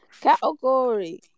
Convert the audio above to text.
category